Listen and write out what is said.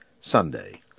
Sunday